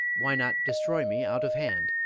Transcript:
why not destroy me out of hand?